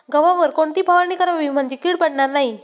गव्हावर कोणती फवारणी करावी म्हणजे कीड पडणार नाही?